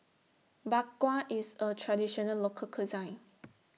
Bak Kwa IS A Traditional Local Cuisine